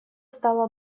стало